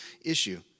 issue